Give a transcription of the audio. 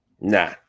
nah